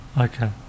Okay